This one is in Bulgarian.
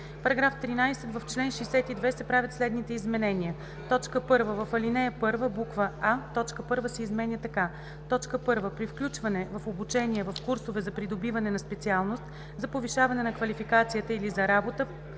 § 13: „§ 13. В чл. 62 се правят следните изменения: 1. В ал. 1: а) точка 1 се изменя така: „1. при включване в обучения, в курсове за придобиване на специалност, за повишаване на квалификацията или за работа